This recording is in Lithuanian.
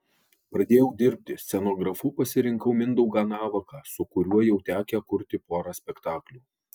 pradėjau dirbti scenografu pasirinkau mindaugą navaką su kuriuo jau tekę kurti porą spektaklių